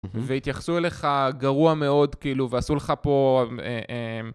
והתייחסו אליך גרוע מאוד, כאילו, ועשו לך פה...